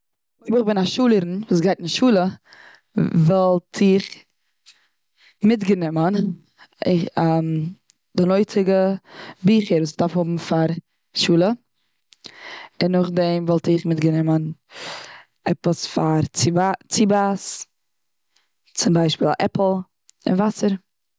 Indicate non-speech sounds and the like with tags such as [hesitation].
אויב איך בין א שולערין וואס גייט און שולע. וואלט איך מיט גענומען [hesitation] די נויטיגע ביכער וואס מ'דארף האבן פאר שולע. און נאך דעם וואלט איך מיט גענומען עפעס פאר צוביי- צובייס צום ביישפיל א עפל, און וואסער.